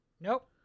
Nope